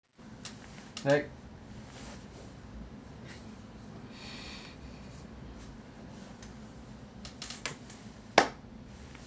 like